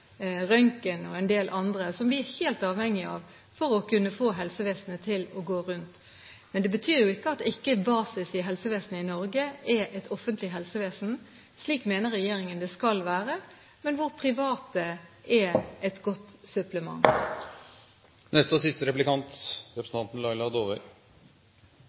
røntgen og en del andre aktører, som vi er helt avhengig av for å kunne få helsevesenet til å gå rundt. Det betyr ikke at ikke basis i helsevesenet i Norge er et offentlig helsevesen. Slik mener regjeringen det skal være, men private er et godt supplement.